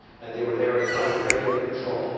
and they were there as part of a regular patrol.